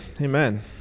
Amen